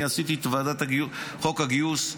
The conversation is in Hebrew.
אני עשיתי את חוק הגיוס.